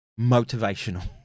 motivational